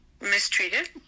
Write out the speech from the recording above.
mistreated